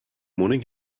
morning